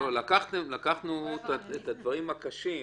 לקחנו את הדברים הקשים.